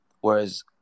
Whereas